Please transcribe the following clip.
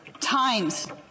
times